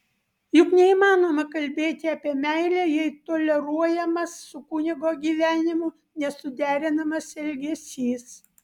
juk neįmanoma kalbėti apie meilę jei toleruojamas su kunigo gyvenimu nesuderinamas elgesys